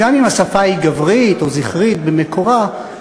גם אם השפה היא גברית או זכרית במקורה,